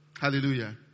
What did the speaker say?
Hallelujah